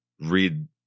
read